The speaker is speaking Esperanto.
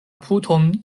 puton